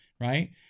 right